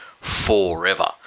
forever